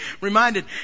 Reminded